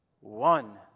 one